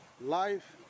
life